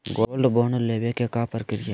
Gold bond लेवे के का प्रक्रिया हई?